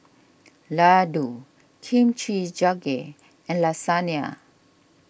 Ladoo Kimchi Jjigae and Lasagne